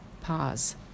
pause